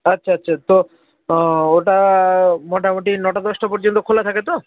আচ্ছা আচ্ছা তো ওটা মোটামুটি নটা দশটা পর্যন্ত খোলা থাকে তো